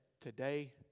today